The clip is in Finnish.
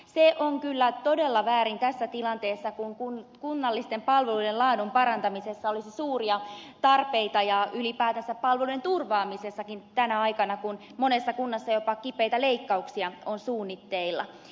se on kyllä todella väärin tässä tilanteessa kun kunnallisten palveluiden laadun parantamisessa olisi suuria tarpeita ja ylipäänsä palveluiden turvaamisessakin tänä aikana kun monessa kunnassa jopa kipeitä leikkauksia on suunnitteilla